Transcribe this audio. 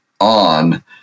on